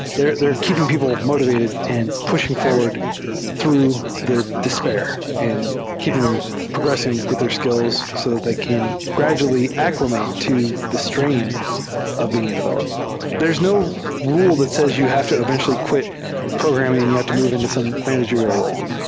they're they're keeping people motivated and pushing forward through the despair and keeping them progressing with their skills so they can gradually accl imate to the strain of being a developer. there's no rule that says you have to eventual ly quit programming and you have to move into some manager ial ro le,